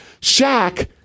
Shaq